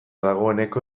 dagoeneko